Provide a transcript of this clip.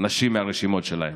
נשים מהרשימות שלהן.